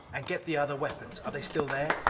and get the other weapons. are they still there?